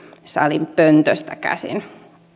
salin pöntöstä käsin